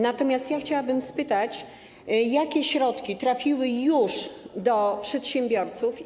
Natomiast chciałabym spytać, jakie środki trafiły już do przedsiębiorców.